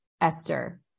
Esther